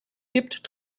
gibt